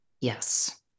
Yes